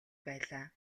байлаа